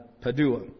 Padua